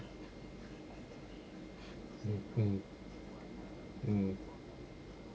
mm mm mm